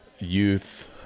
youth